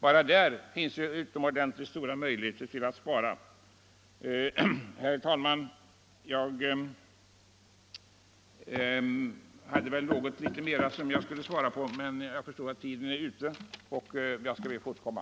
Bara där finns stora möjligheter att spara. Herr talman! Jag hade väl något mera att svara på, men tiden är ute och jag ber att få återkomma.